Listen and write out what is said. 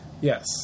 Yes